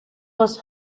was